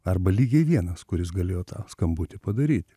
arba lygiai vienas kuris galėjo tą skambutį padaryti